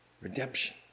redemption